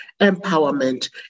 empowerment